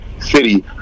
city